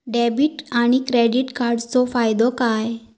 Debit आणि credit कार्डचो फायदो काय?